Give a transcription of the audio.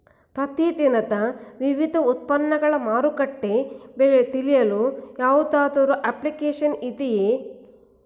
ಪ್ರತಿ ದಿನದ ವಿವಿಧ ಉತ್ಪನ್ನಗಳ ಮಾರುಕಟ್ಟೆ ಬೆಲೆ ತಿಳಿಯಲು ಯಾವುದಾದರು ಅಪ್ಲಿಕೇಶನ್ ಇದೆಯೇ?